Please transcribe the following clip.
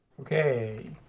Okay